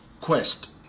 quest